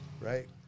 right